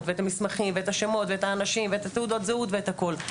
ואת המסמכים ואת השמות ואת האנשים ואת התעודות זהות ואת הכול.